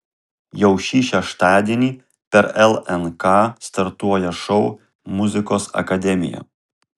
jau šį šeštadienį per lnk startuoja šou muzikos akademija